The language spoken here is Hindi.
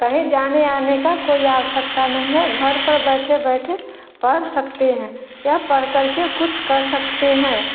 कहीं जाने आने का कोई आवश्यकता नहीं है घर पर बैठे बैठे पढ़ सकते हैं या पढ़ कर के कुछ कर सकते हैं